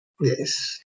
Yes